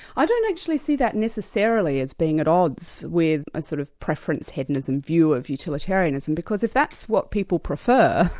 i don't actually see that necessarily as being at odds with a sort of preference hedonism view of utilitarianism, because if that's what people prefer,